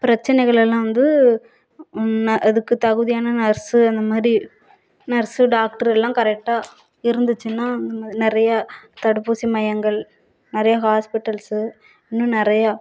பிரச்சனைகள் எல்லாம் வந்து அதுக்கு தகுதியான நர்ஸு அந்த மாதிரி நர்ஸு டாக்ட்ரு எல்லாம் கரெக்டாக இருந்திச்சுன்னா நிறையா தடுப்பூசி மையங்கள் நிறையா ஹாஸ்பிட்டல்ஸு இன்னும் நிறையா